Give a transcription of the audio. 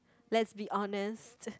let's be honest